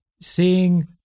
seeing